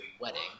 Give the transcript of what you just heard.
wedding